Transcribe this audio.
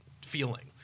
feeling